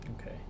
Okay